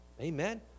Amen